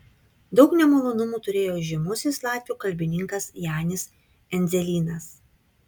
daug nemalonumų turėjo žymusis latvių kalbininkas janis endzelynas